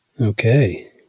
Okay